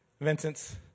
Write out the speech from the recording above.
Vincent